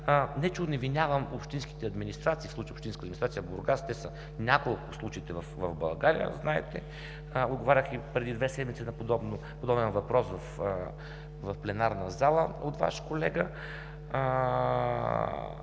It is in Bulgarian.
не че оневинявам общинските администрации, в случая общинска администрация Бургас, те са няколко случаите в България, знаете. Преди две седмици отговарях на подобен въпрос в пленарната зала на Ваш колега.